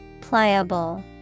Pliable